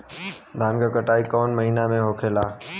धान क कटाई कवने महीना में होखेला?